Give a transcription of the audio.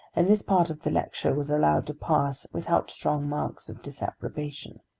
and this part of the lecture was allowed to pass without strong marks of disapprobation.